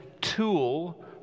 tool